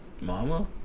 Mama